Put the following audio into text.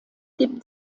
gibt